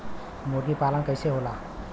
मुर्गी पालन कैसे होला?